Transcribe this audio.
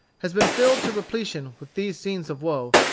has been filled to repletion with these scenes of woe,